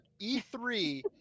E3